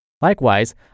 Likewise